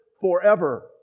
forever